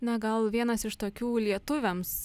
na gal vienas iš tokių lietuviams